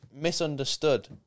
misunderstood